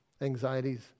anxieties